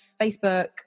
Facebook